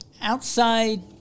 outside